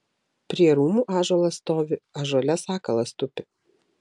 prie rūmų ąžuolas stovi ąžuole sakalas tupi